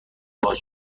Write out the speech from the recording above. باز